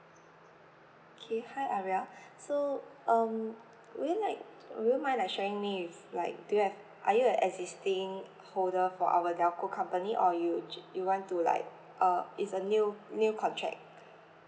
okay hi arya so um would you like would you mind like sharing me with like do you have are you an existing holder for our telco company or you ju~ you want to like uh it's a new new contract